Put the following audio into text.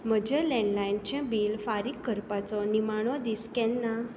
म्हजें लॅन्डलायनचें बिल फारीक करपाचो निमाणो दीस केन्ना